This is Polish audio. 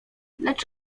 lecz